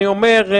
אני אומר,